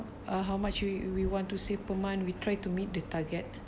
uh how much we we want to save per month we try to meet the target